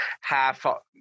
half